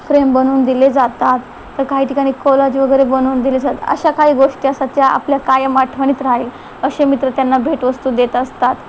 frame बनवून दिले जातात तर काही ठिकाणी कोलाज वगैरे बनवून दिले जात अशा काही गोष्टी असतात ज्या आपल्या कायम आठवणीत राहील असे मित्र त्यांना भेटवस्तू देत असतात